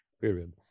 period